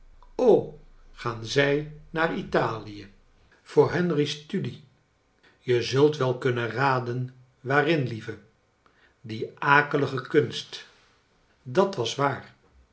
gaan zij naar italie voor henry's studie je zult wel kunnen raden waarin lieve die akelige kunst dat was waar